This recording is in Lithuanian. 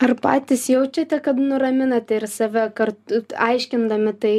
ar patys jaučiate kad nuraminate ir save kart aiškindami tai